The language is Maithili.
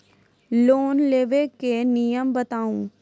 लोन लेबे के नियम बताबू?